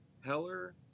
Heller